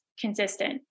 consistent